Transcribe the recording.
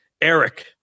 Eric